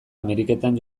ameriketan